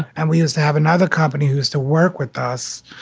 and we used to have another company who is to work with us.